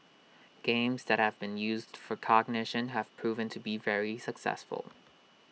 games that have been used for cognition have proven to be very successful